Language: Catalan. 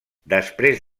després